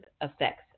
effects